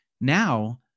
now